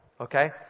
Okay